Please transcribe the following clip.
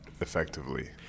effectively